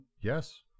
Yes